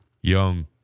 Young